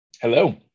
Hello